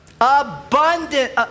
abundant